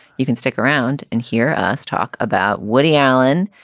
you can stick around and hear us talk about woody allen.